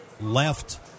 Left